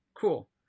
Cool